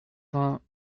vingts